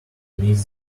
beneath